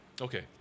Okay